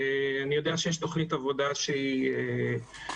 אני יודע שיש תוכנית עבודה שהיא מצויה,